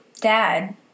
Dad